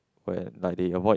when like they avoid